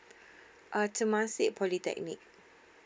uh temasek polytechnic